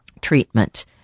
treatment